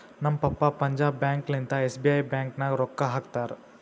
ನಮ್ ಪಪ್ಪಾ ಪಂಜಾಬ್ ಬ್ಯಾಂಕ್ ಲಿಂತಾ ಎಸ್.ಬಿ.ಐ ಬ್ಯಾಂಕ್ ನಾಗ್ ರೊಕ್ಕಾ ಹಾಕ್ತಾರ್